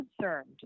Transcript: concerned